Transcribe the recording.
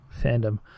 fandom